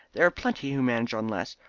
there are plenty who manage on less.